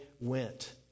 went